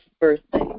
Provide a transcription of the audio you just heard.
birthday